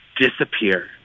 disappear